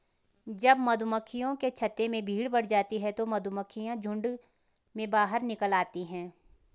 जब मधुमक्खियों के छत्ते में भीड़ बढ़ जाती है तो मधुमक्खियां झुंड में बाहर निकल आती हैं